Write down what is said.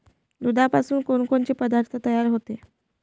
दुधापासून कोनकोनचे पदार्थ तयार होते?